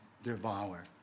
devour